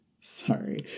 sorry